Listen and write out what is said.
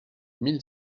mille